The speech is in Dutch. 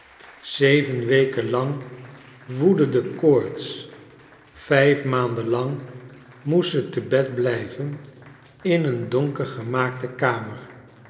zeven weken lang woedde de koorts vijf maanden lang moest ze te bed blijven in een donker gemaakte kamer